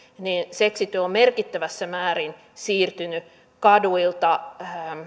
seksityö on merkittävässä määrin siirtynyt kaduilta